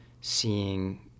seeing